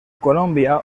colombia